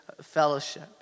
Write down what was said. fellowship